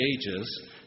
ages